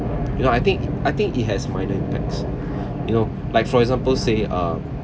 you know I think I think it has minor impacts you know like for example say uh